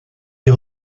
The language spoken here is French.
est